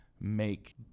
make